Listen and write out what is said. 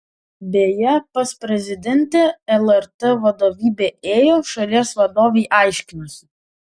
beje pas prezidentę lrt vadovybė ėjo šalies vadovei aiškinosi